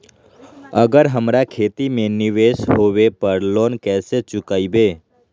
अगर हमरा खेती में निवेस होवे पर लोन कैसे चुकाइबे?